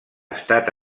estat